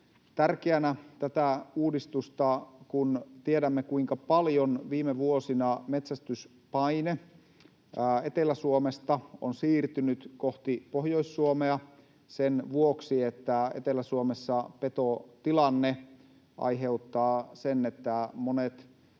tärkeänä tätä uudistusta, kun tiedämme, kuinka paljon viime vuosina metsästyspaine Etelä-Suomesta on siirtynyt kohti Pohjois-Suomea sen vuoksi, että Etelä-Suomessa petotilanne aiheuttaa sen, että monet